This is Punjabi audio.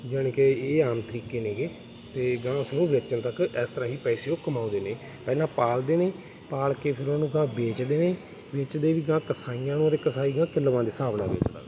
ਜਾਣੀ ਕਿ ਇਹ ਆਮ ਤਰੀਕੇ ਨੇਗੇ ਅਤੇ ਅਗਾਂਹ ਇਸਨੂੰ ਵੇਚਣ ਤੱਕ ਇਸ ਤਰ੍ਹਾਂ ਹੀ ਪੈਸੇ ਉਹ ਕਮਾਉਂਦੇ ਨੇ ਪਹਿਲਾਂ ਪਾਲਦੇ ਨੇ ਪਾਲ ਕੇ ਫਿਰ ਉਹਨੂੰ ਅਗਾਂਹ ਵੇਚਦੇ ਨੇ ਵੇਚਦੇ ਵੀ ਅਗਾਂਹ ਕਸਾਈਆਂ ਨੂੰ ਅਤੇ ਕਸਾਈ ਅਗਾਂਹ ਕਿੱਲੋਆਂ ਦੇ ਹਿਸਾਬ ਨਾਲ ਵੇਚਦਾ ਹੈਗਾ